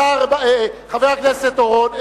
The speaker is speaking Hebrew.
חבר הכנסת אורון,